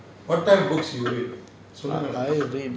I read